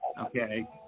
okay